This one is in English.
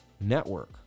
network